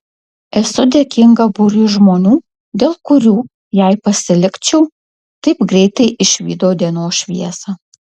esu dėkinga būriui žmonių dėl kurių jei pasilikčiau taip greitai išvydo dienos šviesą